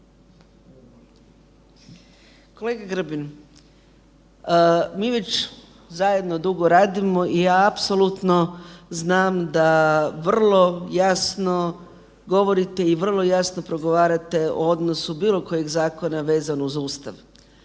Kolega Grbin, mi već zajedno dugo radimo i ja apsolutno znam da vrlo jasno govorite i vrlo jasno progovarate o odnosu bilo kojeg zakona vezano uz Ustav.